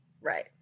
right